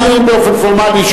באופן פורמלי,